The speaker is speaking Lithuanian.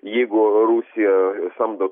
jeigu rusija samdo